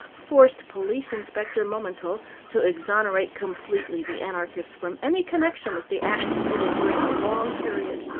forced police inspector momento to exonerate completely the anarchists from any connection with the acts committed during a long period.